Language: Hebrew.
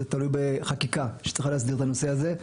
זה תלוי בחקיקה שצריכה להסדיר את הנושא הזה.